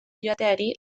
joateari